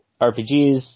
RPGs